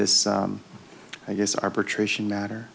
this i guess arbitration matter